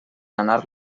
anar